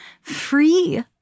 free